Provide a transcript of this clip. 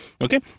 Okay